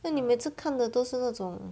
那你每次看的都是那种